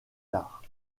tard